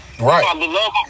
Right